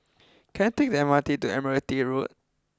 can I take the M R T to Admiralty Road